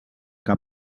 que